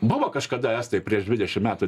buvo kažkada estai prieš dvidešim metų